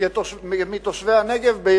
יהיו תושבי הנגב.